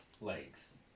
legs